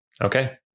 Okay